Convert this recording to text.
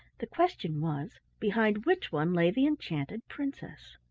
the question was, behind which one lay the enchanted princess.